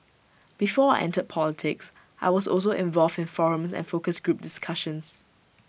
before entered politics I was also involved in forums and focus group discussions